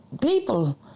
people